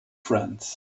friends